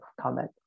comment